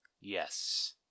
Yes